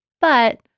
But-